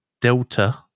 Delta